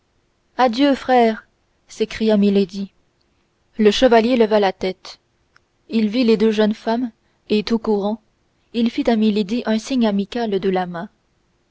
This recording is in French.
adieu frère s'écria milady le chevalier leva la tête vit les deux jeunes femmes et tout courant fit à milady un signe amical de la main